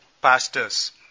pastors